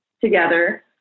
together